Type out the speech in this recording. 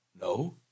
No